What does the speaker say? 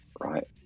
right